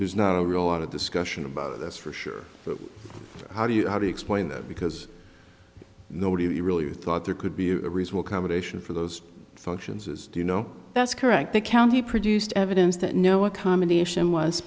there's not a real lot of discussion about it that's for sure but how do you how do you explain that because nobody really thought there could be a reasonable combination for those functions as you know that's correct the county produced evidence that no accommodation was